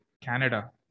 Canada